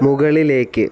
മുകളിലേക്ക്